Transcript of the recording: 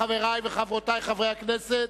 חברי וחברותי חברי הכנסת,